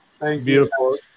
Beautiful